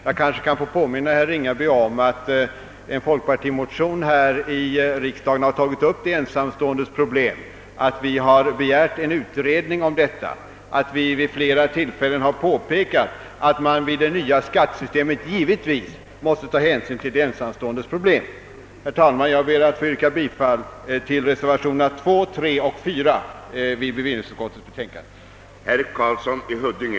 Jag kanske kan få påminna herr Ringaby om att en folkpartimotion här i riksdagen tagit upp de ensamståendes problem, att vi har begärt en utredning om detta och att vi vid flera tillfällen påpekat att man i det nya skattesystemet givetvis måste ta hänsyn till de ensamståendes problem. Herr talman! Jag ber att få yrka bifall till reservationerna II, III och IV i bevillningsutskottets betänkande.